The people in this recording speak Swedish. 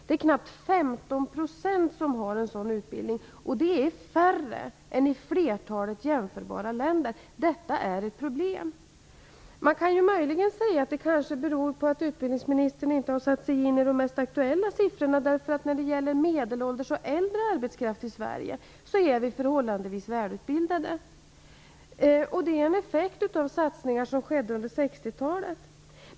Det är knappt 15 % som har en sådan utbildning, och det är färre än i flertalet jämförbara länder. Detta är ett problem. Man kan möjligen säga att det kanske beror på att utbildningsministern inte har satt sig in i de mest aktuella siffrorna. När det gäller medelålders och äldre arbetskraft i Sverige är vi förhållandevis välutbildade. Det är en effekt av satsningar som skedde under 60-talet.